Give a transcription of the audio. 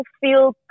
feel